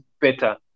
better